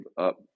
up